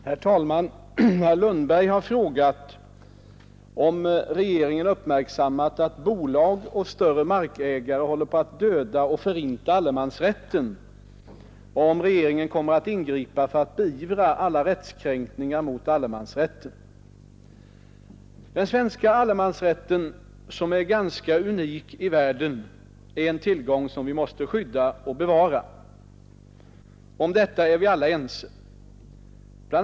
Herr talman! Herr Lundberg har frågat om regeringen uppmärksammat att bolag och större markägare håller på att döda och förinta allemansrätten och om regeringen kommer att ingripa för att beivra alla rättskränkningar mot allemansrätten. Den svenska allemansrätten, som är ganska unik i världen, är en tillgång som vi måste skydda och bevara. Om detta är vi alla ense. Bl.